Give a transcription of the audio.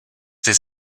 des